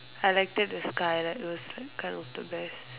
highlighted the skylight it was like kind of the best